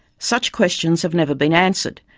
such questions have never been answered,